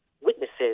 witnesses